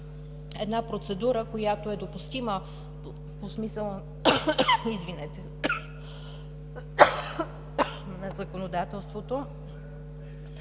една процедура, която е допустима по смисъла на законодателството.